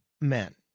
men